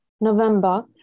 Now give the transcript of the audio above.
November